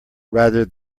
rather